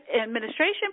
administration